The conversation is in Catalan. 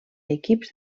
equips